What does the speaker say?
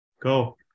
go